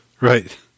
right